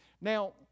Now